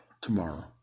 tomorrow